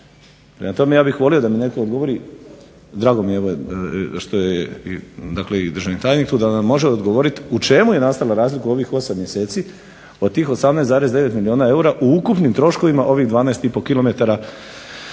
Prema tome, ja bih volio da mi netko odgovori, drago mi je da je i državni tajnik tu, da nam može odgovoriti u čemu je nastala razlika u ovih 8 mjeseci, od tih 18,9 milijuna eura u ukupnim troškovima ovih 12,5 km